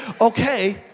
okay